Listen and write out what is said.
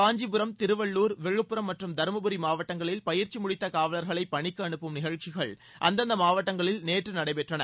காஞ்சிபுரம் திருவள்ளூர் விழுப்புரம் மற்றும் தருமபுரி மாவட்டங்களில் பயிற்சி முடித்த காவலர்களை பணிக்கு அனுப்பும் நிகழ்ச்சிகள் அந்தந்த மாவட்டங்களில் நேற்று நடைபெற்றன